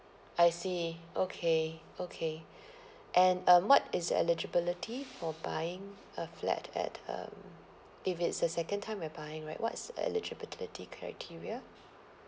I see okay okay and um what is eligibility for buying a flat at um if it's the second time we're buying right what's eligibility criteria